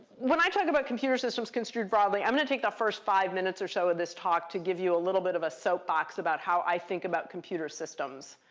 when i talk about computer systems construed broadly, i'm going to take the first five minutes or so of this talk to give you a little bit of a soapbox about how i think about computer systems.